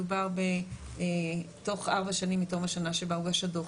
מדובר בתוך ארבע שנים מתום השנה שבה הוגש הדוח.